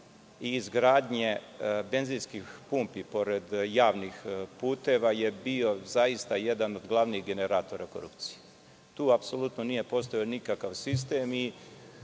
i izgradnje benzinskih pumpi pored javnih puteva je bio zaista jedan od glavni generatora korupcije. Tu apsolutno nije postojao nikakav sistem. Neko